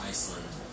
Iceland